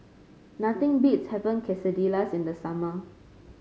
nothing beats having Quesadillas in the summer